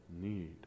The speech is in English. need